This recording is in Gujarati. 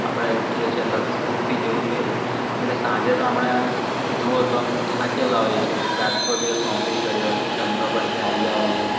આપણે ઊઠીએ છીએ એટલે સ્ફ સ્ફૂર્તિથી ઊઠીએ છીએ સાંજે તો આપણે જુઓ તો આમ થાકેલા હોઇએ છે કેમકે આખો દિવસ નોકરી કરી હોય ધંધો પરથી આવ્યા હોઈએ